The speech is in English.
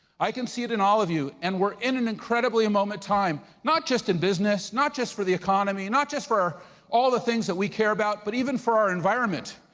i can see it in all of you, and we're in an incredible moment in time. not just in business, not just for the economy, not just for all the things that we care about, but even for our environment.